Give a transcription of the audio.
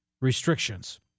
restrictions